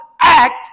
act